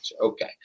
Okay